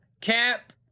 Cap